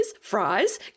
fries